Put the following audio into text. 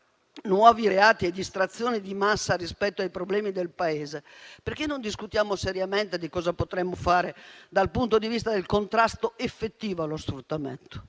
nuovi reati e distrazioni di massa rispetto ai problemi del Paese, perché non discutiamo seriamente di cosa potremmo fare dal punto di vista del contrasto effettivo allo sfruttamento?